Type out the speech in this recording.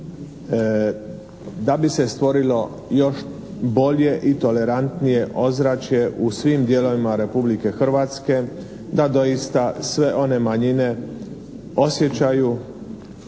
da bi se stvorilo još bolje i tolerantnije ozračje u svim dijelovima Republike Hrvatske da doista sve one manjine osjećaju